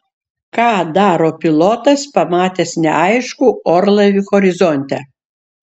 ką daro pilotas pamatęs neaiškų orlaivį horizonte